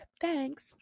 Thanks